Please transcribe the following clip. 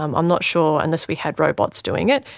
i'm um not sure, unless we had robots doing it,